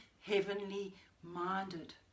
heavenly-minded